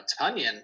Tunyon